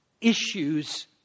issues